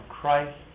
Christ